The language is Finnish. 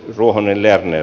ruohonen ja ne